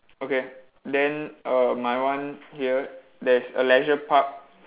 okay then err my one here there's a leisure park